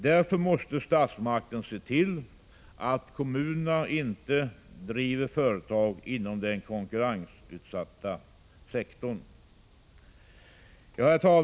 Därför måste statsmakten se till att kommunerna inte driver företag inom den konkurrensutsatta sektorn.